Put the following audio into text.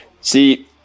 See